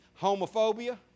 Homophobia